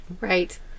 Right